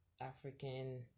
African